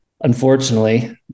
unfortunately